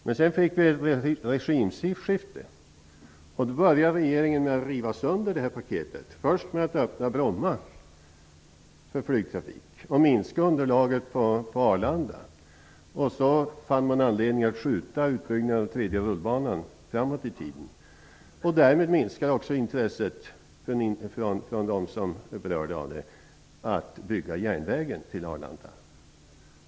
Men sedan fick vi ett regimskifte, och då började regeringen med att riva sönder paketet, först genom att öppna Bromma för flygtrafik och minska underlaget på Arlanda. Och så fann man anledning att skjuta byggandet av tredje rullbanan framåt i tiden. Därmed minskade också intresset från dem som är berörda att bygga järnvägen till Arlanda.